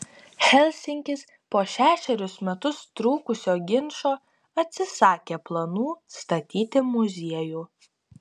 helsinkis po šešerius metus trukusio ginčo atsisakė planų statyti muziejų